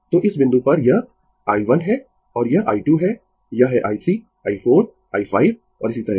तो इस बिंदु पर यह i1 है और यह I2 है यह है i3 i 4 i 5 और इसी तरह